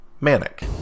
Manic